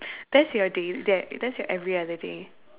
that's your day that that's your every other day